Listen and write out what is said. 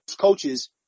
coaches